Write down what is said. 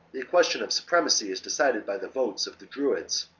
the question of supremacy is decided by the votes of the druids,